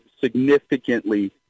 significantly